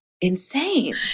insane